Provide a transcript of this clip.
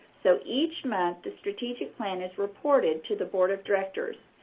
so each month, the strategic plan is reported to the board of directors,